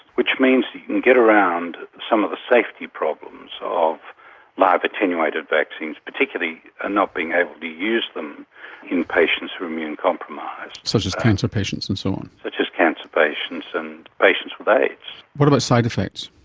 which means you can get around some of the safety problems of live attenuated vaccines, particularly and not being able to use them in patients who are immunocompromised. such as cancer patients and so on. such as cancer patients and patients with aids. what about side effects?